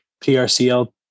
PRCL